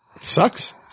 Sucks